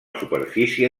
superfície